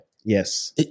Yes